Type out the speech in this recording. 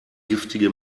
giftige